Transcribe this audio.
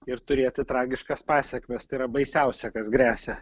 ir turėti tragiškas pasekmes tai yra baisiausia kas gresia